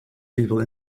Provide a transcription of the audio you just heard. people